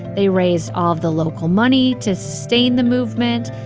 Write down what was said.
they raised all of the local money to sustain the movement,